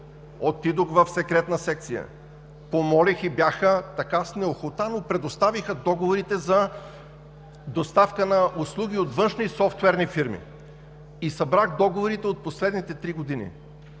отидох в Секретна секция, помолих и бяха… така с неохота, но предоставиха договорите за доставка на услуги от външни софтуерни фирми. Събрах договорите от последните три години: